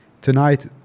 Tonight